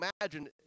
imagine